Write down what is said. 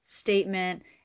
statement